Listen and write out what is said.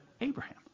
Abraham